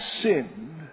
sinned